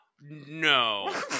No